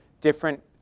different